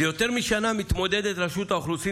זה יותר משנה מתמודדת רשות האוכלוסין